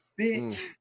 bitch